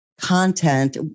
content